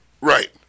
Right